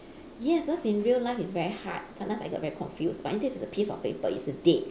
yes because in real life it's very hard sometimes I get very confused but it's just a piece of paper it's a dead